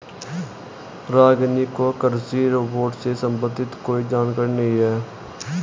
रागिनी को कृषि रोबोट से संबंधित कोई जानकारी नहीं है